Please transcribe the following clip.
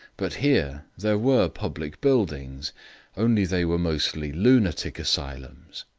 but here there were public buildings only they were mostly lunatic asylums.